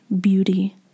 beauty